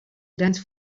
grans